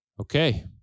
Okay